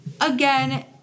again